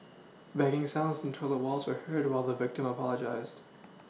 banging sounds on toilet Walls were heard while the victim apologised